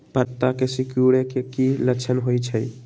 पत्ता के सिकुड़े के की लक्षण होइ छइ?